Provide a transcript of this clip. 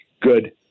good